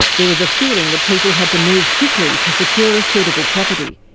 there was a feeling that people had to move quickly to secure a suitable property.